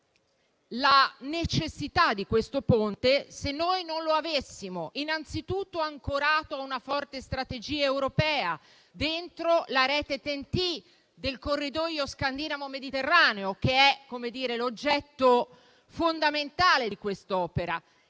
la necessità di questo Ponte, se non lo avessimo innanzitutto ancorato a una forte strategia europea dentro la rete TEN-T del corridoio scandinavo-mediterraneo, che è l'oggetto fondamentale di quest'opera.